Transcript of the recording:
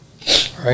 right